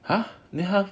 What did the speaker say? !huh! then how